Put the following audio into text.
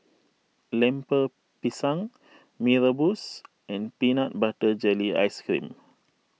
Lemper Pisang Mee Rebus and Peanut Butter Jelly Ice Cream